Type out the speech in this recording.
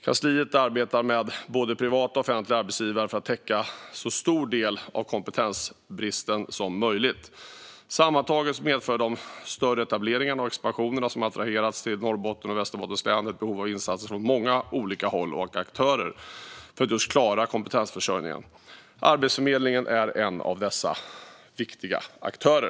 Kansliet arbetar med både privata och offentliga arbetsgivare för att täcka så stor del av kompetensbristen som möjligt. Sammantaget medför de större etableringar och expansioner som attraherats till Norrbottens och Västerbottens län ett behov av insatser från många olika håll och aktörer för att man just ska klara kompetensförsörjningen. Arbetsförmedlingen är en av dessa viktiga aktörer.